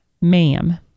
ma'am